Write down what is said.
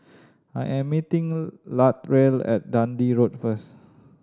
I am meeting Latrell at Dundee Road first